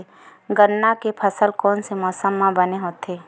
गन्ना के फसल कोन से मौसम म बने होथे?